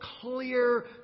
clear